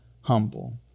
humble